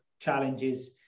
challenges